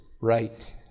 right